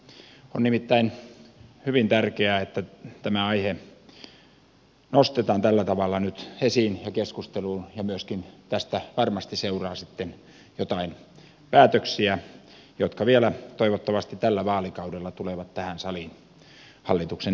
on nimittäin hyvin tärkeää että tämä aihe nostetaan tällä tavalla nyt esiin ja keskusteluun ja myöskin tästä varmasti seuraa sitten joitain päätöksiä jotka vielä toivottavasti tällä vaalikaudella tulevat tähän saliin hallituksen esityksinä